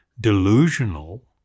delusional